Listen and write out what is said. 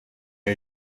who